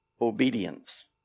Obedience